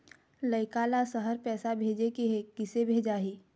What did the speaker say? लइका ला शहर पैसा भेजें के हे, किसे भेजाही